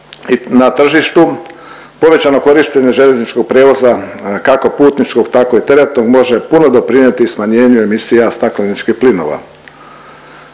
na tržištu. Povećano korištenje željezničkog prijevoza kako putničkog tako i teretnog može puno doprinijeti smanjenju emisija stakleničkih plinova.